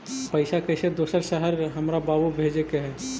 पैसा कैसै दोसर शहर हमरा बाबू भेजे के है?